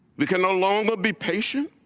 we can no longer be patient.